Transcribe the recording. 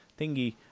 thingy